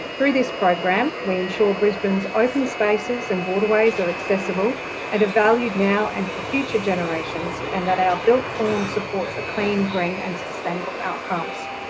through this program, we ensure brisbane's open spaces and waterways are accessible and are valued now and for future generations and that our built form supports clean, green and sustainable outcomes.